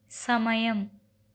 సమయం